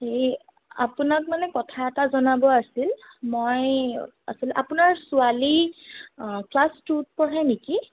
হেৰি আপোনাক মানে কথা এটা জনাব আছিল মই আচলতে আপোনাৰ ছোৱালী ক্লাছ টুত পঢ়ে নেকি